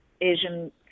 Asian